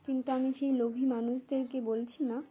কিন্তু আমি সেই লোভী মানুষদেরকে বলছি না